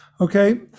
Okay